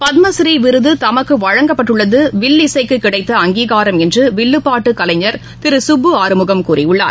பத்ம பூநீ விருதுமக்குவழங்கப்பட்டுள்ளதுவில்லிசைக்குகிடைத்த அங்கீகாரம் என்றுவில்லுப்பாட்டுகலைஞர் திருசுப்பு ஆறுமுகம் கூறியுள்ளார்